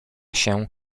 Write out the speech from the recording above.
się